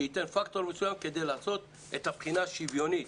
שייתן פקטור מסוים כדי לעשות את הבחינה שוויונית.